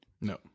No